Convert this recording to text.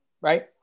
right